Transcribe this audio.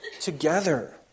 together